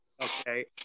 Okay